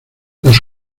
las